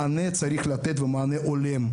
מענה צריך לתת ומענה הולם,